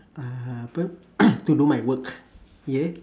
uh apa to do my work ya